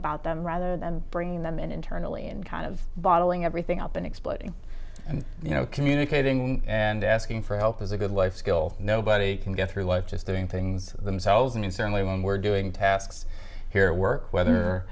about them rather than bringing them in internally and kind of bottling everything up and exploiting and you know communicating and asking for help is a good life skill nobody can get through life just doing things themselves and certainly when we're doing tasks here work